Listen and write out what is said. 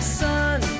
sun